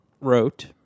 Wrote